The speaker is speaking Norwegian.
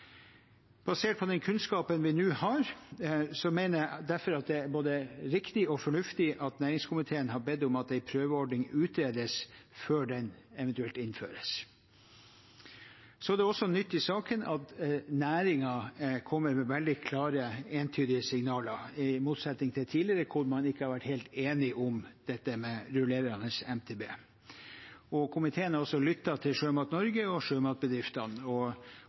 Basert på den kunnskapen vi nå har, mener jeg derfor at det er både riktig og fornuftig at næringskomiteen har bedt om at en prøveordning utredes før den eventuelt innføres. Det er også nytt i saken at næringen kommer med veldig klare, entydige signaler, i motsetning til tidligere, hvor man ikke har vært helt enig om dette med rullerende MTB. Komiteen har lyttet til Sjømat Norge og sjømatbedriftene